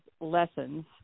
lessons